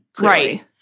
Right